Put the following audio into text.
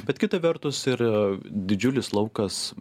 bet kita vertus ir didžiulis laukas